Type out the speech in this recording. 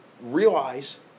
realize